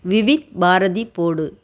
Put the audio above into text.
விவித் பாரதி போடு